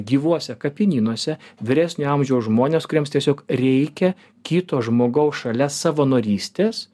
gyvuose kapinynuose vyresnio amžiaus žmonės kuriems tiesiog reikia kito žmogaus šalia savanorystės